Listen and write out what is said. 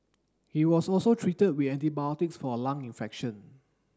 he was also treated with antibiotics for a lung infection